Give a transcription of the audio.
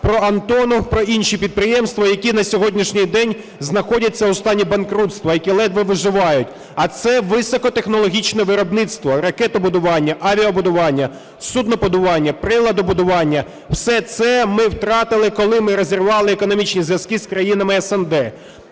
про "Антонов", про інші підприємства, які на сьогоднішній день знаходяться у стані банкрутства, які ледве виживають. А це високотехнологічне виробництво – ракетобудування, авіабудування, суднобудування, приладобудування. Все це ми втратили, коли ми розірвали економічні зв'язки з країнами СНД.